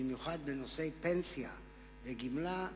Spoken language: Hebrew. במיוחד בנושאי פנסיה וגמלה,